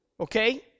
Okay